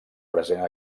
present